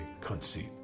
conceit